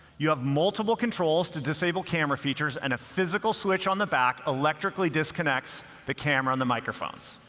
you have multiple controls to disable camera features. and a physical switch on the back electrically disconnects the camera and the microphones.